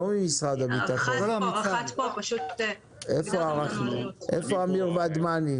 2. איך אתם יכולים לבנות שותפות עם גופים בשטח של קצינים